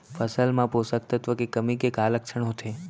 फसल मा पोसक तत्व के कमी के का लक्षण होथे?